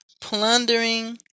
Plundering